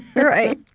right.